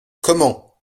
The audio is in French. comment